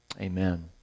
amen